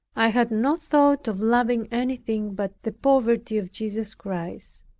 i had no thought of loving anything but the poverty of jesus christ.